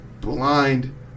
blind